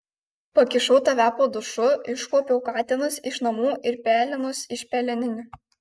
pakišau tave po dušu iškuopiau katinus iš namų ir pelenus iš peleninių